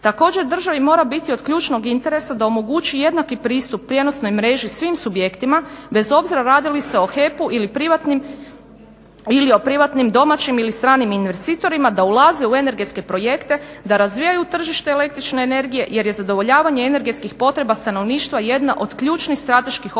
Također državi mora biti od ključnog interesa da omogući jednaki pristup prijenosnoj mreži svim subjektima bez obzira radi li se o HEP-u ili o privatnim domaćim ili stranim investitorima da ulaze u energetske projekte, da razvijaju tržište električne energije jer je zadovoljavanje energetskih potreba stanovništva jedna od ključnih strateških obaveza